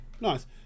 Nice